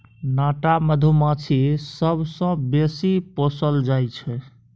नाटा मधुमाछी सबसँ बेसी पोसल जाइ छै